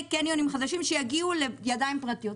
קניונים חדשים שיגיעו לידיים פרטיות.